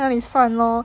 这样哪里算 lor